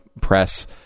press